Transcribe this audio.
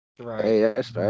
Right